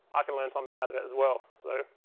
i can learn something out of it as well. so